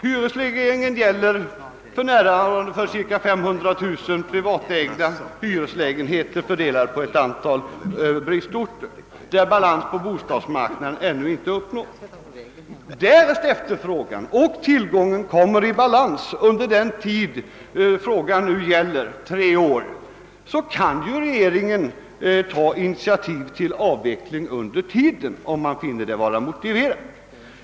Hyresregleringen gäller för närvarande för cirka 500 000 privatägda hyreslägenheter, fördelade på ett antal bristorter där balans på bostadsmarknaden ännu inte har uppnåtts. Därest tillgången och efterfrågan kommer i balans under den tid det nu gäller — tre år — kan regeringen ta initiativ till avveckling redan under denna tid om den finner det motiverat.